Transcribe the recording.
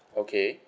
okay